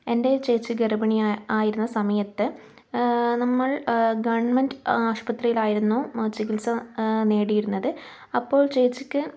എൻ്റെ ഒരു ചേച്ചി ഗർഭിണി ആയിരുന്ന സമയത്ത് നമ്മൾ ഗവൺമെന്റ് ആശുപത്രിയിലായിരുന്നു ചികിത്സ നേടിയിരുന്നത് അപ്പോൾ ചേച്ചിക്ക്